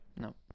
No